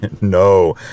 no